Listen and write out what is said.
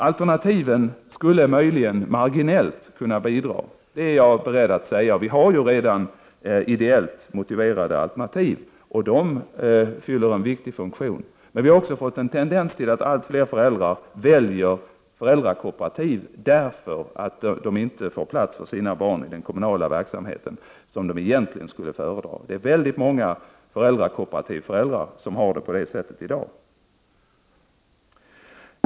Alternativen skulle möjligen kunna bidra marginellt, det är jag beredd att medge. Vi har ju redan ideellt motiverade alternativ, och de fyller en viktig funktion. Men vi har också fått en tendens till att allt fler föräldrar väljer föräldrakooperativ, därför att de inte får plats för sina barn i den kommunala verksamheten, som de egentligen skulle föredra. Det är många föräldrakooperativföräldrar som har det på det sättet i dag.